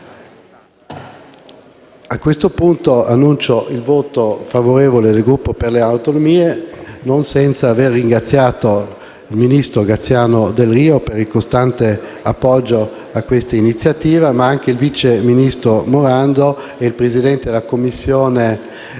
A questo punto annuncio il voto favorevole del Gruppo per le Autonomie, non senza aver ringraziato il ministro Graziano Delrio per il costante appoggio a questa iniziativa, ma anche il vice ministro Morando e il presidente della Commissione